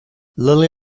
lily